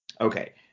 Okay